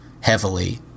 heavily